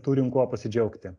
turim kuo pasidžiaugti